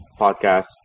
Podcast